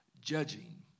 judging